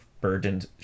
burdened